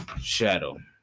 Shadow